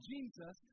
Jesus